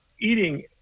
eating